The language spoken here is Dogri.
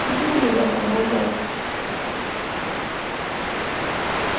तुसें कि्न्नियां क्लॉसां पढ़ाइयां अज्ज